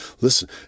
listen